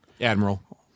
Admiral